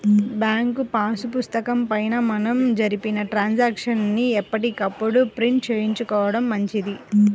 bank pass పుస్తకం పైన మనం జరిపిన ట్రాన్సాక్షన్స్ ని ఎప్పటికప్పుడు ప్రింట్ చేయించుకోడం మంచిది